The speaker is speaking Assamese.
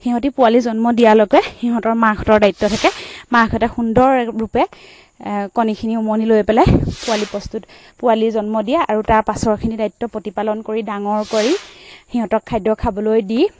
সিহঁতে পোৱালি জন্ম দিয়াৰ লৈকে সিহঁতৰ মাকহঁতৰ দায়িত্ব থাকে মাকহঁতে সুন্দৰ ৰূপে কণীখিনি উমনি লৈ পেলাই পোৱালি প্ৰস্তুত পোৱালি জন্ম দিয়ে আৰু তাৰ পাছৰখিনি দায়িত্ব প্ৰতিপালন কৰি ডাঙৰ কৰি সিহঁতক খাদ্য খাবলৈ দি